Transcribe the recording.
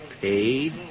paid